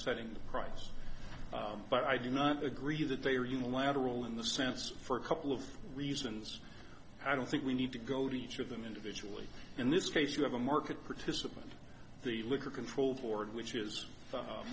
setting the price but i do not agree that they are unilateral in the sense for a couple of reasons i don't think we need to go to each of them individually in this case you have a market participant the liquor control board which is